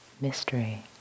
mystery